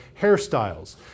hairstyles